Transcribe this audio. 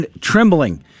trembling